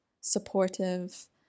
supportive